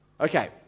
Okay